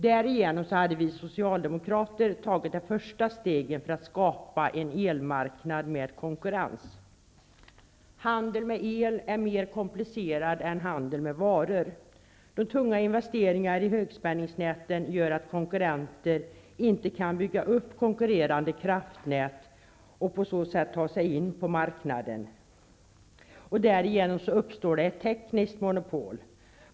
Därigenom hade vi socialdemokrater tagit det första steget för att skapa en elmarknad med konkurrens. Handeln med el är mer komplicerad än handeln med varor. De tunga investeringarna i högspänningsnäten gör att konkurrenter inte kan bygga upp konkurrerande kraftnät och på så sätt ta sig in på marknaden. Därigenom uppstår det ett tekniskt monopol.